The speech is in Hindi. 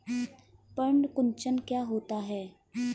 पर्ण कुंचन क्या होता है?